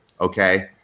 okay